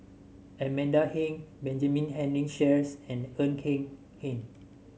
Amanda Heng Benjamin Henry Sheares and Ng Eng Hen